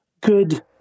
good